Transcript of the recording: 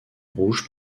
rouge